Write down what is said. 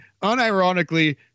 Unironically